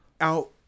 out